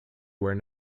where